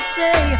say